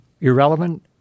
irrelevant